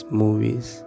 movies